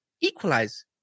equalize